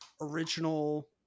original